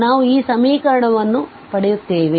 ಆದ್ದರಿಂದ ನಾವು ಈ ಸಮೀಕರಣವನ್ನು ಪಡೆಯುತ್ತೇವೆ